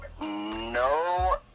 No